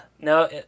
no